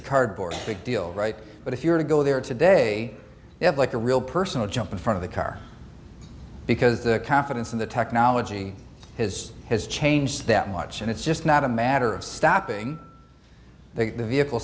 of cardboard big deal right but if you were to go there today you have like a real personal jump in front of a car because the confidence in the technology has has changed that much and it's just not a matter of stopping the vehicle